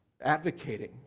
advocating